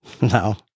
no